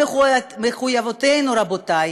מחויבותנו, רבותי,